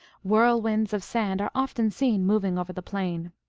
whirlwinds of sand are often seen moving over the plain.